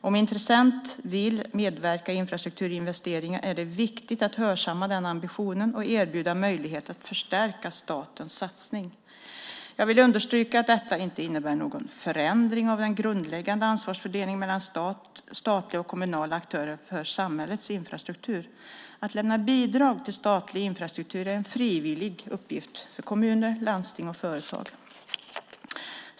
Om en intressent vill medverka i infrastrukturinvesteringar är det viktigt att hörsamma den ambitionen och erbjuda möjligheter att förstärka statens satsning. Jag vill understryka att detta inte innebär någon förändring av den grundläggande ansvarsfördelningen mellan statliga och kommunala aktörer för samhällets infrastruktur. Att lämna bidrag till statlig infrastruktur är en frivillig uppgift för kommuner, landsting och företag.